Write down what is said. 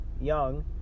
young